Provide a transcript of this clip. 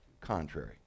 contrary